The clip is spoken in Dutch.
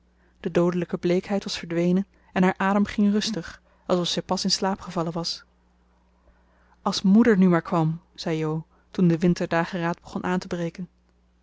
de doodelijke bleekheid was verdwenen en haar adem ging rustig alsof zij pas in slaap gevallen was als moeder nu maar kwam zei jo toen de winterdageraad begon aan te breken